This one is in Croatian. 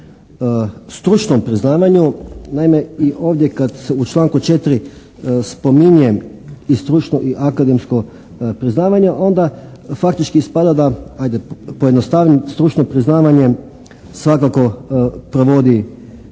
stručnom priznavanju. Naime i ovdje kad u članku 4. spominjem i stručno i akademsko priznavanje onda faktički ispada da ajde pojednostavim stručno priznavanje svakako provodi